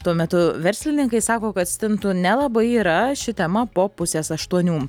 tuo metu verslininkai sako kad stintų nelabai yra ši tema po pusės aštuonių